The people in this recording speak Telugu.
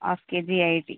హాఫ్ కేజీయా ఇది